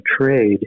trade